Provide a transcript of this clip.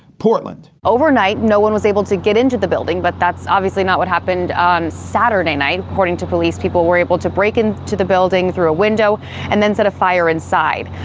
portland overnight no one was able to get into the building, but that's obviously not what happened on saturday night. according to police, people were able to break in to the building through a window and then set a fire inside.